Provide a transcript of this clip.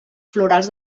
florals